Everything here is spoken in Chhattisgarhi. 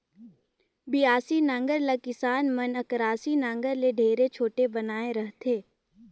बियासी नांगर ल किसान मन अकरासी नागर ले ढेरे छोटे बनाए रहथे